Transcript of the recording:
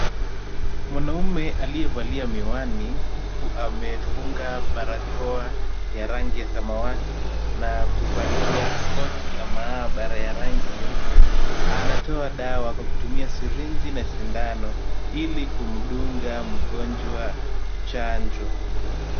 Mwanaume aliyevalia miwani huku amefunga barakoa ya rangi ya samawati na kuvalia koti la maabara ya rangi nyeupe, anatoa dawa kwa kutumia sirinji na sindano, ili kumdunga mgonjwa chanjo.